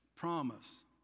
Promise